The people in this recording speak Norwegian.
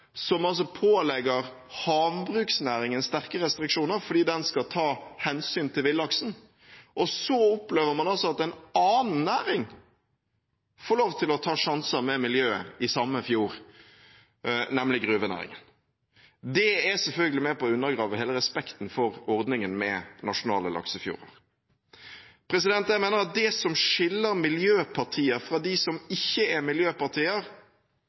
som pålegger havbruksnæringen sterke restriksjoner fordi den skal ta hensyn til villaksen, og så opplever man altså at en annen næring får lov til å ta sjanser med miljøet i samme fjord, nemlig gruvenæringen. Det er selvfølgelig med på å undergrave hele respekten for ordningen med nasjonale laksefjorder. Jeg mener det som skiller miljøpartier fra de som ikke er miljøpartier,